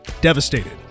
devastated